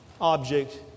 object